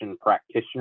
practitioner